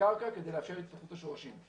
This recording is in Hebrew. לאפשר התפתחות השורשים.